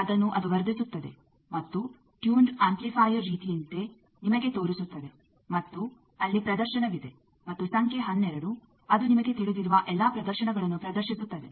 ಅದನ್ನು ಅದು ವರ್ಧಿಸುತ್ತದೆ ಮತ್ತು ಟ್ಯೂಂಡ್ ಅಂಪ್ಲಿಫಾಯರ್ ರೀತಿಯಂತೆ ನಿಮಗೆ ತೋರಿಸುತ್ತದೆ ಮತ್ತು ಅಲ್ಲಿ ಪ್ರದರ್ಶನವಿದೆ ಮತ್ತು ಸಂಖ್ಯೆ 12 ಅದು ನಿಮಗೆ ತಿಳಿದಿರುವ ಎಲ್ಲಾ ಪ್ರದರ್ಶನಗಳನ್ನು ಪ್ರದರ್ಶಿಸುತ್ತದೆ